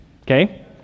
okay